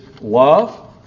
love